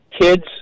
kids